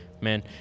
Man